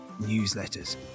newsletters